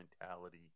mentality